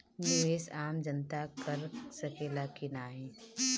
निवेस आम जनता कर सकेला की नाहीं?